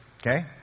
Okay